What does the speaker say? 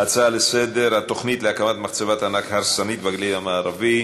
ההצעה לסדר-היום בנושא התוכנית להקמת מחצבת ענק הרסנית בגליל המערבי,